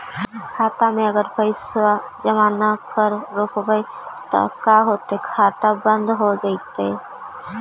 खाता मे अगर पैसा जमा न कर रोपबै त का होतै खाता बन्द हो जैतै?